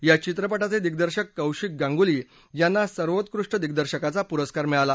या चित्रपटाचे दिग्दर्शक कौशिक गांगुली यांना सर्वोत्कृष्ट दिग्दर्शकाचा पुरस्कार मिळाला